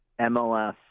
MLS